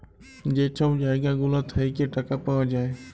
যে ছব জায়গা গুলা থ্যাইকে টাকা পাউয়া যায়